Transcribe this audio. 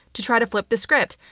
to try to flip the script.